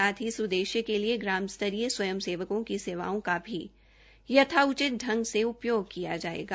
साथ ही इस उद्देश्य के लिए ग्राम स्तरीय स्वयंसेवकों की सेवाओं का भी यथाचित ढंग से उपयोग किया जाएगा